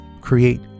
create